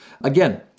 Again